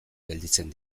gelditzen